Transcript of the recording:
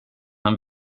han